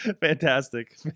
Fantastic